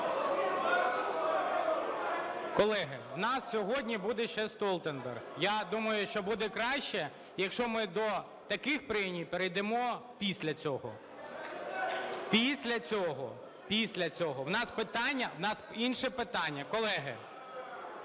Колеги, в нас сьогодні буде ще Столтенберг. Я думаю, що буде краще, якщо ми до таких преній перейдемо після цього, після цього, після цього. В нас питання, в нас інше питання. Колеги,